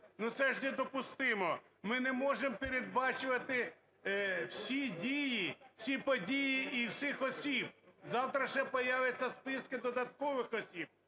це ж недопустимо! Ми не можемо передбачувати всі дії, всі події і всіх осіб. Завтра ще появляться списки додаткових осіб,